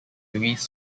louise